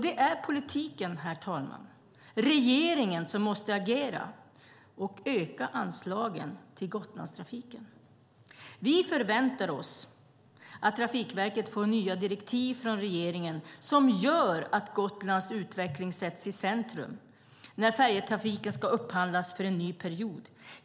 Det är politiken och regeringen som måste agera och öka anslagen till Gotlandstrafiken. Vi förväntar oss att Trafikverket får nya direktiv från regeringen som gör att Gotlands utveckling sätts i centrum när färjetrafiken ska upphandlas för en ny period.